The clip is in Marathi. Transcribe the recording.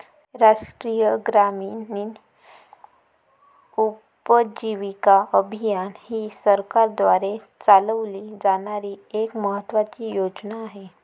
राष्ट्रीय ग्रामीण उपजीविका अभियान ही सरकारद्वारे चालवली जाणारी एक महत्त्वाची योजना आहे